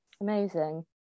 Amazing